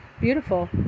beautiful